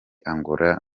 angola